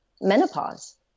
menopause